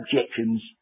objections